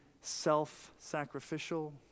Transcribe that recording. self-sacrificial